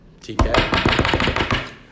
TK